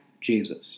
Jesus